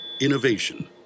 Innovation